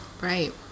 Right